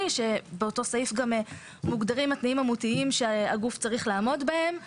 שבאותו סעיף גם מוגדרים התנאים המהותיים שהגוף צריך לעמוד בהם.